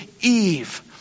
Eve